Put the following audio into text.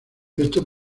esto